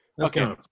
Okay